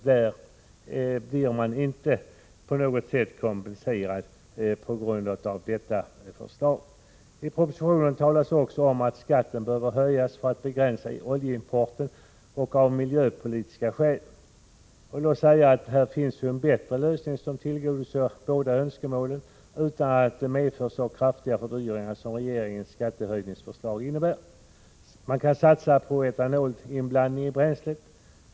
Där blir man inte på något sätt kompenserad genom det aktuella förslaget. I propositionen sägs också att skatten behöver höjas för att oljeimporten skall begränsas samt av miljöpolitiska skäl. Det finns en bättre lösning som tillgodoser båda dessa önskemål utan att medföra så kraftiga fördyringar som regeringens skattehöjningsförslag. Man kan satsa på etanolinblandning i bränslet.